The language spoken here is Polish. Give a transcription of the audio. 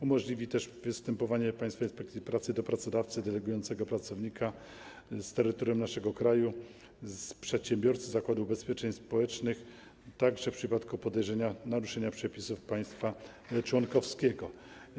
Umożliwi on też występowanie Państwowej Inspekcji Pracy do pracodawcy delegującego pracownika z terytorium naszego kraju, do przedsiębiorcy, do Zakładu Ubezpieczeń Społecznych także w przypadku podejrzenia naruszenia przepisów państwa członkowskiego.